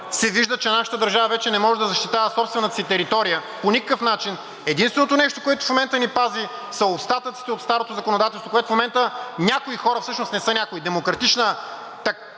се вижда, че нашата държава вече не може да защитава собствената си територия по никакъв начин – единственото нещо, което в момента ни пази, са остатъците от старото законодателство, което в момента някои хора – всъщност не са някои – „Демократична